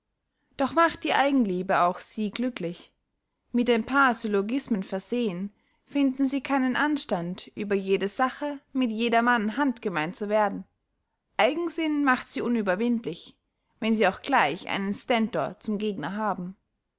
doch macht die eigenliebe auch sie glücklich mit ein paar syllogismen versehen finden sie keinen anstand über jede sache mit jedermann handgemein zu werden eigensinn macht sie unüberwindlich wenn sie auch gleich einen stentor zum gegner haben